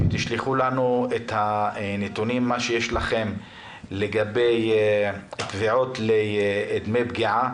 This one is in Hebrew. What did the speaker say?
שתשלחו לנו את הנתונים שיש לכם לגבי תביעות לדמי פגיעה